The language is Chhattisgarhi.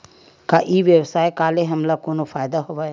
का ई व्यवसाय का ले हमला कोनो फ़ायदा हवय?